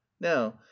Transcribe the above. Now